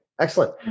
Excellent